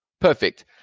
Perfect